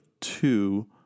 two